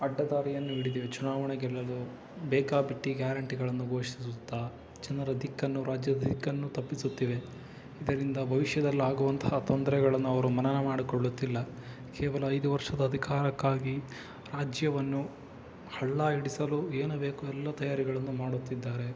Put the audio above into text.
ಅಡ್ಡ ದಾರಿಯನ್ನು ಹಿಡಿದಿವೆ ಚುನಾವಣೆ ಗೆಲ್ಲಲು ಬೇಕಾಬಿಟ್ಟಿ ಗ್ಯಾರಂಟೀಗಳನ್ನು ಘೋಷಿಸುಸುತ್ತಾ ಜನರ ದಿಕ್ಕನ್ನು ರಾಜ್ಯದ ದಿಕ್ಕನ್ನು ತಪ್ಪಿಸುತ್ತಿವೆ ಇದರಿಂದ ಭವಿಷ್ಯದಲ್ಲಾಗುವಂತಹ ತೊಂದ್ರೆಗಳನ್ನು ಅವರು ಮನನ ಮಾಡಿಕೊಳ್ಳುತ್ತಿಲ್ಲ ಕೇವಲ ಐದು ವರ್ಷದ ಅಧಿಕಾರಕ್ಕಾಗಿ ರಾಜ್ಯವನ್ನು ಹಳ್ಳ ಹಿಡಿಸಲು ಏನುಬೇಕು ಎಲ್ಲ ತಯಾರಿಗಳನ್ನು ಮಾಡುತ್ತಿದ್ದಾರೆ